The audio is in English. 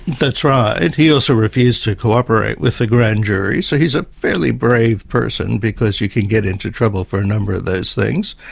that's right, he also refused to cooperate with the grand jury, so he's a fairly brave person, because you could get into trouble for a number of those things.